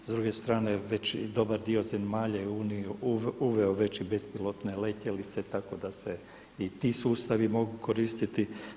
S druge strane već dobar dio zemalja u Uniji je uveo bespilotne letjelice tako da se i ti sustavi mogu koristiti.